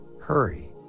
hurry